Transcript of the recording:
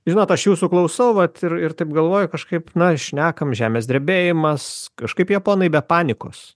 žinot aš jūsų klausau vat ir ir taip galvoju kažkaip na šnekam žemės drebėjimas kažkaip japonai be panikos